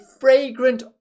fragrant